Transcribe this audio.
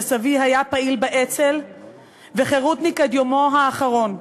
וסבי היה פעיל באצ"ל וחרותניק עד יומו האחרון.